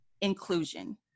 inclusion